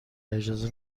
اجازه